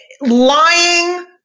lying